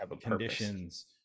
conditions